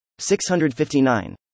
659